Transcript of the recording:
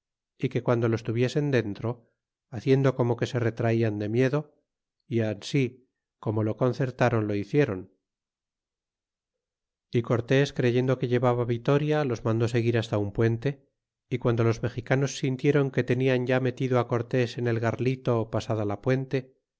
y que guando los tuviesen dentro haciendo corno que se retraian de miedo e ansi como lo concertaron lo hicieron y cortés creyendo que llevaba vitoria los mandó seguir hasta una puente y quando los mexicanos sintieron que tenian ya metido a cortés en el garlito pasada la puente